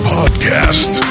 Podcast